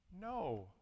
No